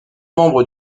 membre